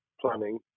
planning